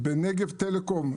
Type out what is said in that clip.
בנגב טלקום,